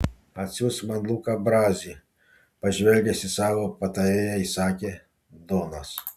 atsiųsk man luką brazį pažvelgęs į savo patarėją įsakė donas